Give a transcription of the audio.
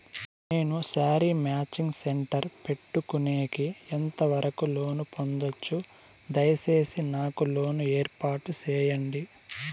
నేను sari matching centre పెట్టుకునేకి ఎంత వరకు లోను పొందొచ్చు? దయసేసి నాకు లోను ఏర్పాటు సేయండి?